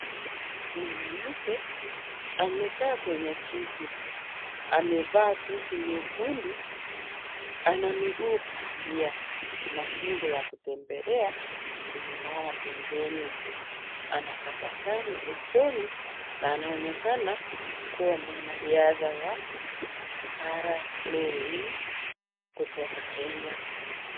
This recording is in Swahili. Mwanamke amekaa kwenye kiti, amevaa suti nyekundu ana miguu bandia na fimbo ya kutembelea imelala pembeni, anatabasamu usoni na anaonekana kuwa mwanariadha wa Para rowing kutoka Kenya.